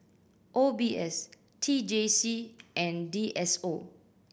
O B S T J C and D S O